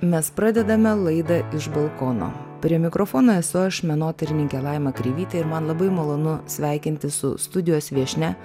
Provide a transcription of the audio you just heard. mes pradedame laidą iš balkono prie mikrofono esu aš menotyrininkė laima kreivytė ir man labai malonu sveikintis su studijos viešnia